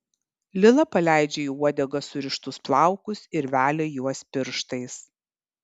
lila paleidžia į uodegą surištus plaukus ir velia juos pirštais